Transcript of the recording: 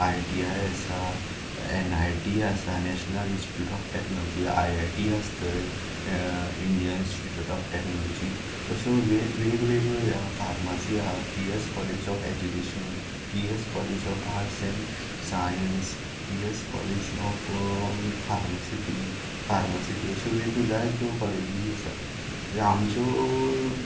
I T I आसा N I T आसा national institute of technology I I T आसा थंय Indian institute of technology अश्यो वेगवेगळ्यो फार्मासी आसा P E S college of education P E S college of arts and science P E S college of pharmacy pharmacy अश्यो जायत्यो वेगवेगळ्यो colleges आतां आमच्यो